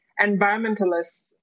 environmentalists